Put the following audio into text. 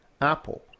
Apple